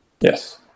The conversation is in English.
Yes